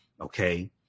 okay